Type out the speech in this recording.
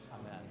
Amen